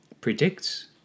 predicts